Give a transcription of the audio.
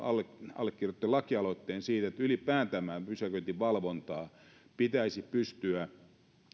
allekirjoittanut lakialoitteen siitä että ylipäätään tätä pysäköinninvalvontaa pitäisi pystyä